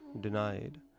denied